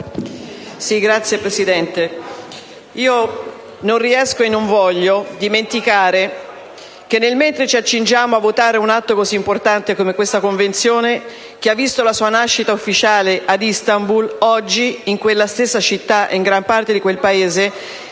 Signor Presidente, non riesco (e non voglio) dimenticare che, mentre ci accingiamo a votare un atto così importante come questa Convenzione, che ha visto la sua nascita ufficiale a Istanbul, oggi in quella stessa città e in gran parte di quel Paese